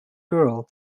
girl